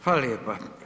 Hvala lijepa.